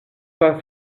pas